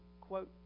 quote